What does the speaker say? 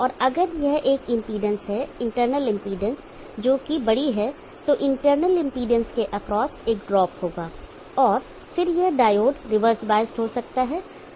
और अगर यह एक इम्पीडेंस है इंटरनल इम्पीडेंस जोकि बड़ी है तो इंटरनल इम्पीडेंस के एक्रॉस एक ड्रॉप होगा और फिर यह डायोड रिवर्स बायस्ड हो सकता है